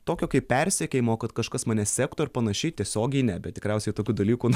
tokio kaip persekiojimo kad kažkas mane sektų ar panašiai tiesiogiai ne bet tikriausiai tokių dalykų